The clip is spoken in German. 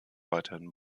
weiterhin